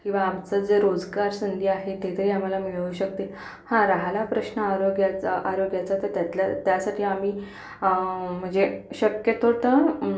किंवा आमचं जे रोजगार संधी आहे तिथेही आम्हाला मिळू शकते हां राहिला प्रश्न आरोग्याचा आरोग्याचा तर त्यातल्या त्यासाठी आम्ही म्हणजे शक्यतो तर